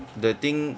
the thing